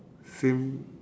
same